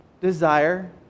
desire